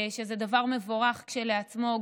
שזה דבר מבורך כשלעצמו,